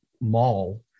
mall